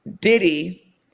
Diddy